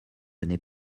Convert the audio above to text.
n’est